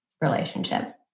relationship